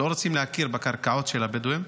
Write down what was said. לא רוצים להכיר בקרקעות של הבדואים,